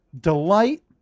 delight